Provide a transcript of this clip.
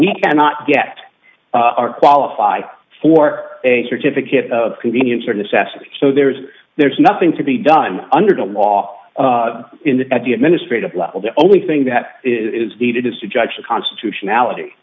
we cannot get our qualify for a certificate of convenience or necessity so there is there's nothing to be done under the law in the at the administrative level the only thing that is needed is to judge the constitutionality